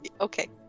Okay